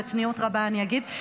בצניעות רבה אני אגיד.